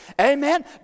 Amen